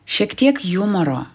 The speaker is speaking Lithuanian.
šiek tiek jumoro